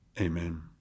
Amen